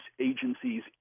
agencies